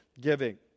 giving